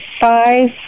five